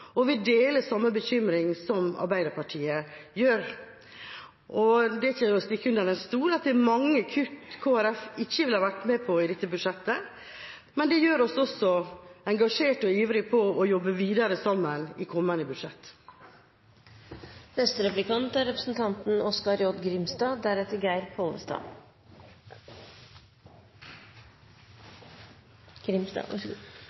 og vi deler samme bekymring som Arbeiderpartiet har. Det er ikke til å stikke under stol at det er mange kutt Kristelig Folkeparti ikke ville vært med på i dette budsjettet, men det gjør oss også engasjert og ivrig etter å jobbe videre sammen i kommende